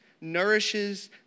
nourishes